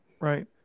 Right